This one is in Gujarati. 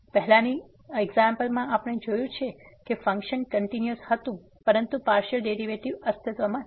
પહેલાની સમસ્યામાં આપણે જોયું છે કે ફંક્શન કંટીન્યુઅસ હતું પરંતુ પાર્સીઅલ ડેરીવેટીવ અસ્તિત્વમાં નથી